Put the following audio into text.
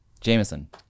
Jameson